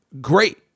great